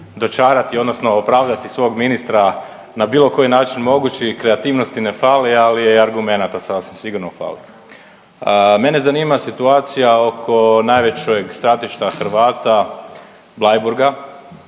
dočarati odnosno opravdati svog ministra na bilo koji način mogući i kreativnosti ne fali. Ali argumenata sasvim sigurno fali. Mene zanima situacija oko najvećeg stratišta Hrvata Bleiburga.